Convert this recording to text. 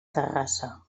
terrassa